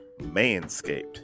Manscaped